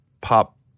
pop